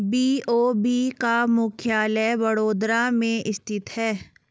BOB का मुख्यालय बड़ोदरा में स्थित है